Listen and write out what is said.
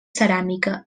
ceràmica